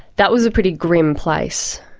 that was a pretty grim place.